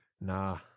Nah